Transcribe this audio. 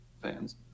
fans